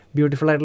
Beautiful